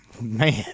man